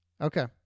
Okay